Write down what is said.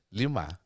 lima